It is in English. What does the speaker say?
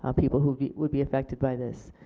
ah people who would be affected by this.